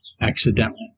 accidentally